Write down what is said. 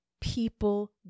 people